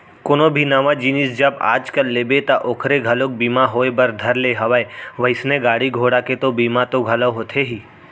कोनो भी नवा जिनिस जब आज कल लेबे ता ओखरो घलोक बीमा होय बर धर ले हवय वइसने गाड़ी घोड़ा के तो बीमा तो घलौ होथे ही